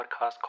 podcast